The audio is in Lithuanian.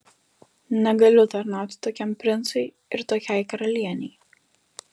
negaliu tarnauti tokiam princui ir tokiai karalienei